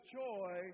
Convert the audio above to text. joy